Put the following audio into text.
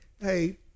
hey